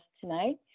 tonight